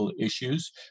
issues